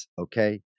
Okay